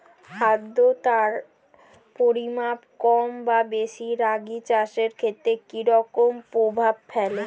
আদ্রতার পরিমাণ কম বা বেশি রাগী চাষের ক্ষেত্রে কি রকম প্রভাব ফেলে?